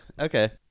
okay